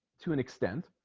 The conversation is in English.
to an extent